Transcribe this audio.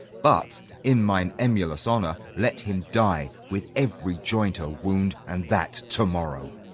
but in mine emulous honour let him die with every joint a wound, and that to-morrow!